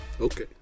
Okay